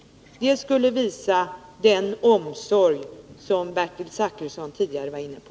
Det skulle visa den omsorg som Bertil Zachrisson tidigare var inne på.